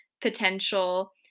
potential